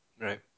Right